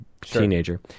teenager